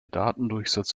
datendurchsatz